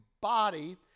body